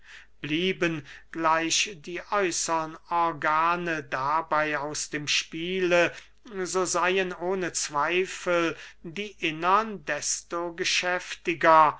blieben gleich die äußern organe dabey aus dem spiele so seyen ohne zweifel die innern desto geschäftiger